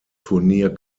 turnier